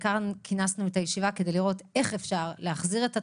לשם כך כינסנו את הישיבה כדי לראות איך אפשר להחזיר את התורמים,